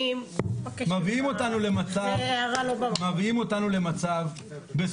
ההערה לא במקום.